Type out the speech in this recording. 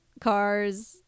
cars